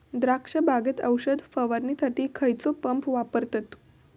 द्राक्ष बागेत औषध फवारणीसाठी खैयचो पंप वापरतत?